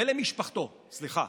סליחה,